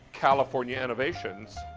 california innovations.